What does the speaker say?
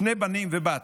שני בנים ובת,